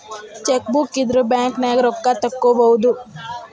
chequebook ಇದ್ರ ಬ್ಯಾಂಕ್ನ್ಯಾಗ ರೊಕ್ಕಾ ತೊಕ್ಕೋಬಹುದು